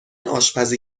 آشپزی